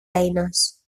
eines